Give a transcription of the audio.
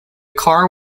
car